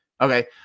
Okay